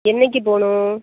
என்னைக்கு போகணும்